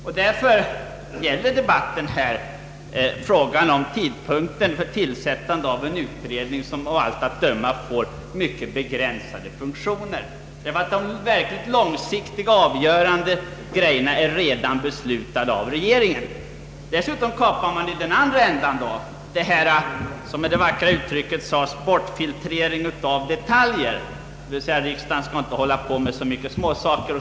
Tiden är för pressad. Debatten idag gäller frågan om tidpunkten för tillsättandet av en försvarsutredning som av allt att döma får mycket begränsade funktioner, eftersom att de verkligt långsiktiga och avgörande frågorna redan är avgjorda av regeringen. Dessutom kapar man också i den andra ändan. Jag tänker på det som så vackert kallats ”bortfiltrering av detaljer”, d.v.s. att riksdagen inte skall syssla så mycket med småsaker.